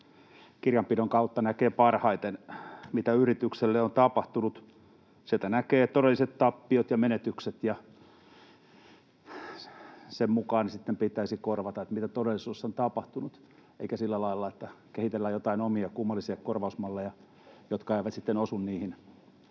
kirjanpidon kautta näkee parhaiten, mitä yritykselle on tapahtunut. Sieltä näkee todelliset tappiot ja menetykset, ja sen mukaan, mitä todellisuudessa on tapahtunut, ne sitten pitäisi korvata, eikä sillä lailla, että kehitellään joitain omia kummallisia korvausmalleja, jotka eivät sitten